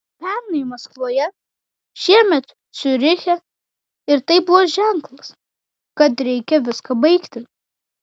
pernai maskvoje šiemet ciuriche ir tai buvo ženklas kad reikia viską baigti